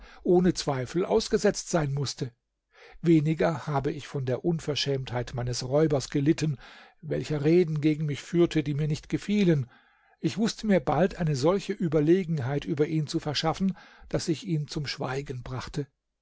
ohne zweifel ausgesetzt sein mußte weniger habe ich von der unverschämtheit meines räubers gelitten welcher reden gegen mich führte die mir nicht gefielen ich wußte mir bald eine solche überlegenheit über ihn zu verschaffen daß ich ihn zum schweigen brachte